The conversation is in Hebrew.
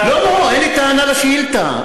אין לי טענה על השאילתה.